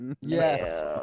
Yes